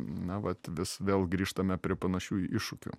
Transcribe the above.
na vat vis vėl grįžtame prie panašių iššūkių